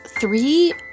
three